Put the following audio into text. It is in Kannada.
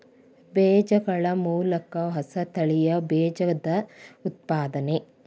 ಬೇಜಗಳ ಮೂಲಕ ಹೊಸ ತಳಿಯ ಬೇಜದ ಉತ್ಪಾದನೆ